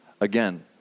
again